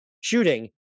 shooting